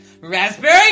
Raspberry